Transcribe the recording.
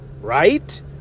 right